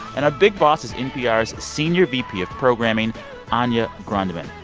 and our big boss is npr's senior vp of programming anya grundmann.